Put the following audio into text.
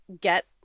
get